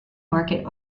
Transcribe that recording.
market